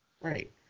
Right